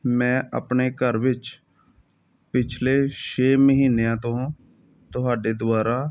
ਮੈਂ ਆਪਣੇ ਘਰ ਵਿੱਚ ਪਿਛਲੇ ਛੇ ਮਹੀਨਿਆਂ ਤੋਂ ਤੁਹਾਡੇ ਦੁਆਰਾ